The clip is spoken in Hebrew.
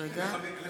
בעד אורלי פרומן,